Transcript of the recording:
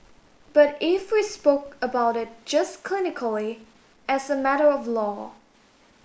but if we spoke about it just clinically as a matter of law